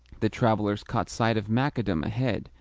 the travellers caught sight of macadam ahead,